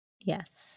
Yes